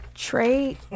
Trade